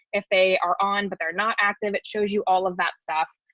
if they are on but they're not active, it shows you all of that stuff.